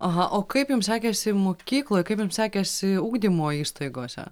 aha o kaip jum sekėsi mokykloj kaip jum sekėsi ugdymo įstaigose